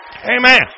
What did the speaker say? Amen